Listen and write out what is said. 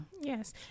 Yes